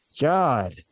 God